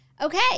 Okay